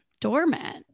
doormat